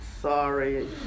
Sorry